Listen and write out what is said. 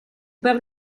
per